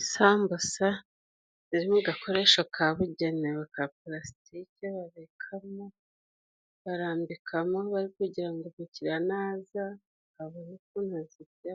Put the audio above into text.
Isambusa ziri mu gakoresho kabugenewe ka palasitike babikamo, barambikamo bari kugira ngo umukiriya naza abone ukuntu azirya